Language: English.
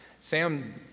Sam